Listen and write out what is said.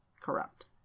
corrupt